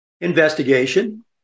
investigation